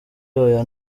oya